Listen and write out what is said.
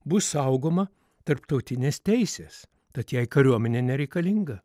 bus saugoma tarptautinės teisės tad jai kariuomenė nereikalinga